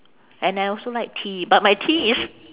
and I also like tea but my tea is